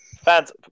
fans